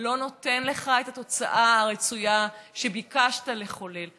זה לא נותן לך את התוצאה הרצויה שביקשת לחולל.